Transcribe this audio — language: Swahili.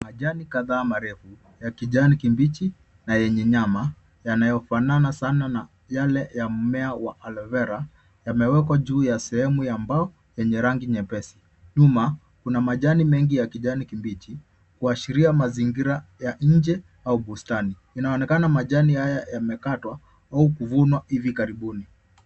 Majani kataa marefu ya kijani kibichi na enye nyama yanaofanana sana na yale ya mimea wa alvoe vera yamekwa juu ya sehemu ya mbao enye rangi nyepesi. Nyuma kuna majani mengi ya kijani kibichi kuashiria mazingira ya inje au bustani. Inaonekana majani haya yamekatwa au kuvunwa hivi karibuni.